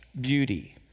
beauty